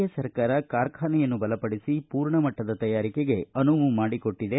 A ಸರ್ಕಾರ ಕಾರ್ಖಾನೆಯನ್ನು ಬಲಪಡಿಸಿ ಪೂರ್ಣ ಮಟ್ಟದ ತಯಾರಿಕೆಗೆ ಅನುವು ಮಾಡಿಕೊಟ್ಟದೆ